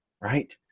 right